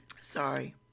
Sorry